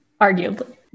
arguably